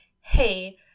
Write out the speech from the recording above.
hey